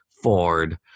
Ford